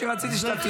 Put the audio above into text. אבל למיקי לוי מותר.